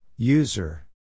User